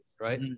right